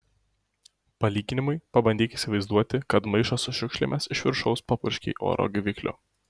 palyginimui pabandyk įsivaizduoti kad maišą su šiukšlėmis iš viršaus papurškei oro gaivikliu